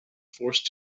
forced